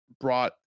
brought